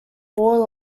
all